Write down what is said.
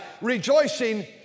rejoicing